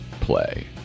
play